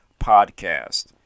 Podcast